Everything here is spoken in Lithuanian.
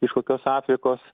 iš kokios afrikos